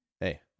Hey